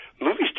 movies